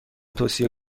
توصیه